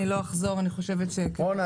לא אחזור על --- רון,